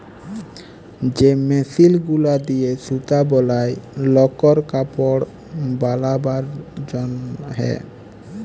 যে মেশিল গুলা দিয়ে সুতা বলায় লকর কাপড় বালাবার জনহে